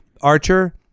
Archer